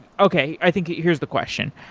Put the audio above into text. okay, i think here's the question,